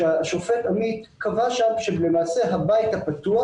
והשופט עמית קבע שם שלמעשה הבית הפתוח